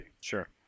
Sure